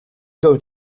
going